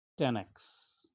10x